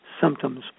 symptoms